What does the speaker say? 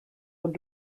ond